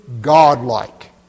godlike